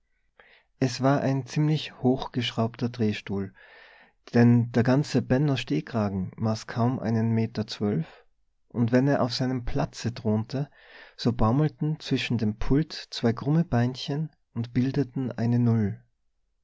es war ein ziemlich hoch geschraubter drehstuhl denn der ganze benno stehkragen maß kaum einen meter zwölf und wenn er auf seinem platze thronte so baumelten zwischen dem pult zwei krumme beinchen und bildeten eine null